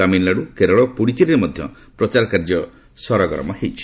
ତାମିଲନାଡ଼ୁ କେରଳ ଓ ପୁଡ଼ୁଚେରୀରେ ମଧ୍ୟ ପ୍ରଚାର କାର୍ଯ୍ୟ ସରଗରମ ହୋଇଛି